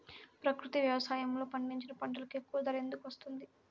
ప్రకృతి వ్యవసాయములో పండించిన పంటలకు ఎక్కువ ధర ఎందుకు వస్తుంది?